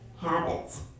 habits